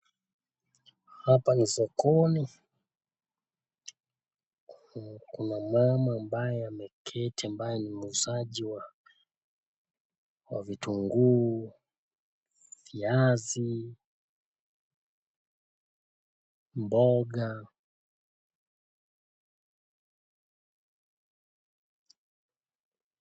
Hapa ni sokoni. Kuna mama ambaye ameketi ambaye ni muuzaji wa vitunguu, viazi, mboga.